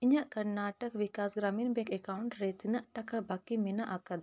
ᱤᱧᱟᱹᱜ Karnataka Vikas Grameen bank account ᱨᱮ ᱛᱤᱱᱟᱹᱜ ᱴᱟᱠᱟ ᱵᱟᱹᱠᱤ ᱢᱮᱱᱟᱜ ᱟᱠᱟᱫᱟ